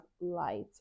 light